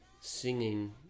singing